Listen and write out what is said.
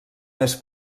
més